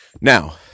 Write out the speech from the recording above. Now